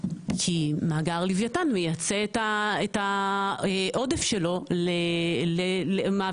כי מאגר לווייתן מעביר את העודף שלו לייצוא.